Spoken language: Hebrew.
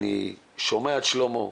אני שומע את שלמה,